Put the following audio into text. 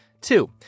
Two